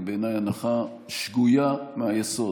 היא בעיניי הנחה שגויה מהיסוד.